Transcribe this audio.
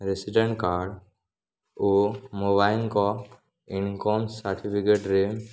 resident card ଓ ମୋ income ସାର୍ଟିଫିକେଟ୍ରେ